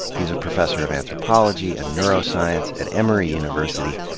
he's a professor of anthropology and neuroscience at emory university,